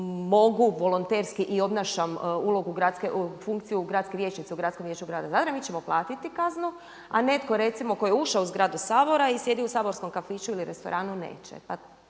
mogu volonterski i obnašam funkciju gradske vijećnice u Gradskom vijeću grada Zadra mi ćemo platiti kaznu, a netko recimo tko je ušao u zgradu Sabora i sjedi u saborskom kafiću ili restoranu neće.